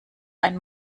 ein